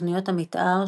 תוכניות המתאר,